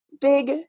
big